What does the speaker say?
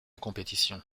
compétition